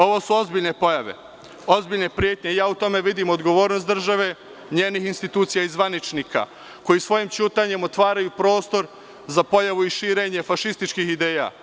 Ovo su ozbiljne pojave, ozbiljne pretnje i ja u tome vidim odgovornost države, njenih institucija i zvaničnika, koji svojim ćutanjem otvaraju prostor za širenje fašističkih ideja.